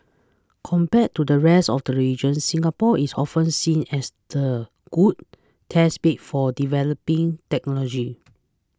compared to the rest of the region Singapore is often seen as a good test bed for developing technologies